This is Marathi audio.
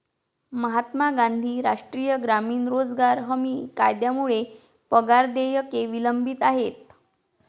महात्मा गांधी राष्ट्रीय ग्रामीण रोजगार हमी कायद्यामुळे पगार देयके विलंबित आहेत